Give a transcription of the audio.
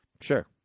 Sure